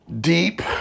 deep